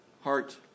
heart